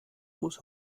muss